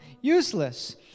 useless